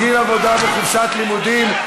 גיל עבודה בחופשת לימודים),